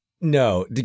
No